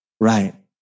right